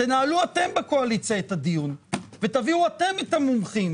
תנהלו אתם בקואליציה את הדיון ותביאו אתם את המומחים